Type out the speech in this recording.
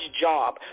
job